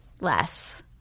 less